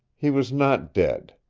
he was not dead.